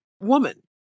woman